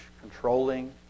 controlling